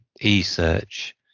e-search